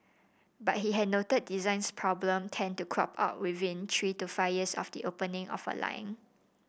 but he had noted designs problem tend to crop up within three to five years of the opening of a line